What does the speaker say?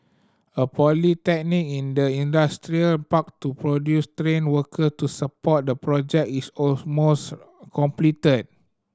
a polytechnic in the industrial park to produce trained worker to support the project is almost completed